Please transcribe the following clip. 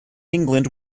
england